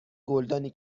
گلدانی